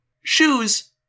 Shoes